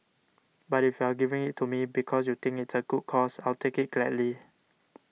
but if you are giving it to me because you think it's a good cause I'll take it gladly